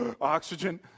oxygen